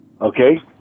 okay